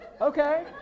Okay